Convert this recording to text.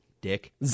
dick